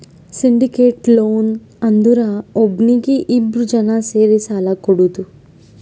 syndicated loan ಅಂದುರ್ ಒಬ್ನೀಗಿ ಇಬ್ರು ಜನಾ ಸೇರಿ ಸಾಲಾ ಕೊಡೋದು